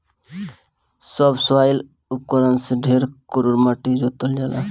subsoil उपकरण से ढेर कड़ेर माटी जोतल जाला